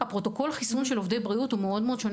פרוטוקול החיסון של עובדי בריאות הוא מאוד שונה